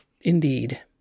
Indeed